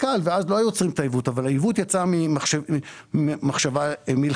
כאל ואז לא היו יוצרים את העיוות אבל העיוות יצא ממחשבה מלכתחילה.